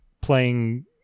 playing